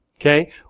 Okay